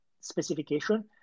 specification